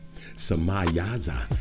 Samayaza